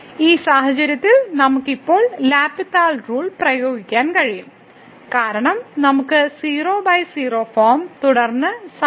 ഈ സാഹചര്യത്തിൽ നമുക്ക് ഇപ്പോൾ LHospital റൂൾ പ്രയോഗിക്കാൻ കഴിയും കാരണം നമുക്ക് 00 ഫോമും തുടർന്ന് sin ന്റെ ഡെറിവേറ്റീവും ഉണ്ട്